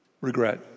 regret